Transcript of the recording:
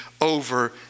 over